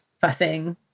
fussing